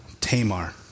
Tamar